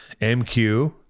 MQ